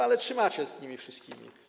Ale trzymacie z nimi wszystkimi.